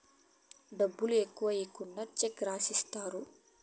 డబ్బులు ఎక్కువ ఈకుండా చెక్ రాసిత్తారు